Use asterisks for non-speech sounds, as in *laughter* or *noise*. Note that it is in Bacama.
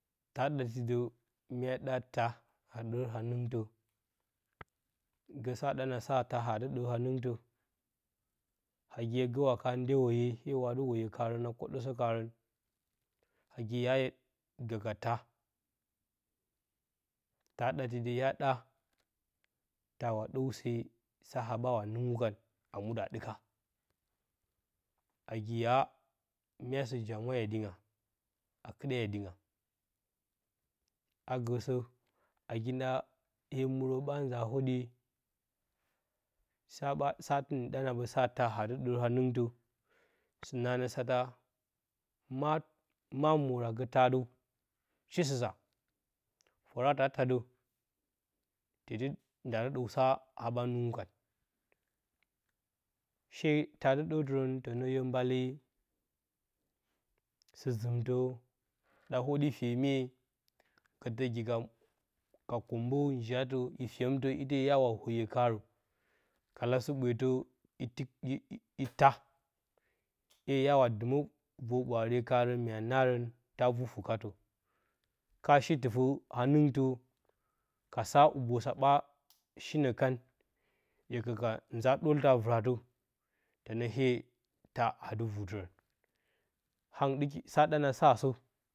Ta ɗati də, mya ɗa taa adə nɨngtə, gə sa ɗa, nasa taa a adɨ ɗə ha-nɨngtə, nagi hye gə waka ndye woye, ‘ye wuna dɨ woyo. kamən a kwoɗəsə karən nagi yahye gə ka taa *unintelligible* a wa ɗəwse, saa ɓawa nɨngu kan, muɗə a ɗɨka nagi ya mya sɨ njyamwa ye dinga, a kɨɗa yedinga a gəsə a gi nda, hye muurə ɓa, nzaa hwoɗye sa sattni ɗa na sa taa adɨ ɗər ha-nɨngtə sɨnə anə sata ma ma mwora gə taadəw shi sɨsa fəra ta taa də te dɨ nda dɨ dəw, saa ɓa nɨngukan, she taa adɨ dərtɨrən tənə yo mbale sɨ-zɨmtə da hwodyi fyemye gətə gi ka ka koombə ojiyatə i fyemtə ke ya wa woyo karə, kala sɨ bwetə itii, i taa ‘ye hya wa woyo vor-ɓwa are karən mya naarən ta vu fɨkatə ka shi tɨfə ə ha-nɨngtə, kasa hubosa ɓa shinə kan hye gə ka nza ɗəltə a vɨratə, tənə ‘ye taa adɨ vu tɨrən, hangɨn ɗɨki, sa ɗa na sa sə.